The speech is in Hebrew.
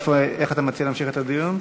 איך אתה מציע להמשיך את הדיון?